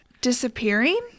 disappearing